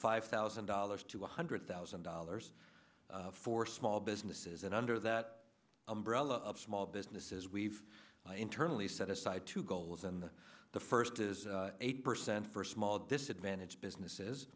five thousand dollars to one hundred thousand dollars for small businesses and under that umbrella of small businesses we've internally set aside two goals and the first is eight percent for small disadvantaged businesses